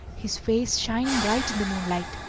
his face shining bright in the moonlight.